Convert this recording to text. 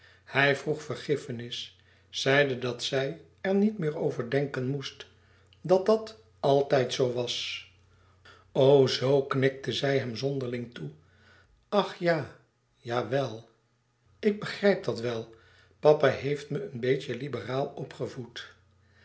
hij vroeg vergiffenis zeide dat zij er niet meer over denken moest dat dat altijd zoo was o zoo knikte zij hem zonderling toe ach ja jawel ik begrijp dat wel papa heeft me een beetje liberaal opgevoed